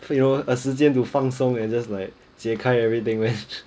for you know a 时间 to 放松 and just like 解开 everything man